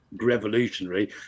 revolutionary